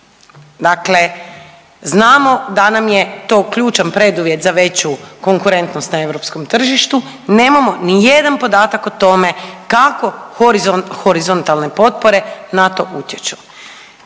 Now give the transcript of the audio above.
Dakle znamo da nam je to ključan preduvjet za veću konkurentnost na europskom tržištu, nemamo nijedan podatak o tome kako horizontalne potpore na to utječu.